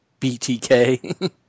BTK